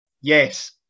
Yes